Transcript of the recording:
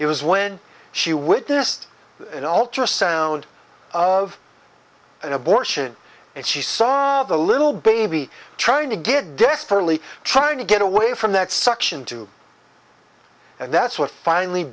it was when she witnessed it all just sound of an abortion and she saw the little baby trying to get desperately trying to get away from that suction tube and that's what finally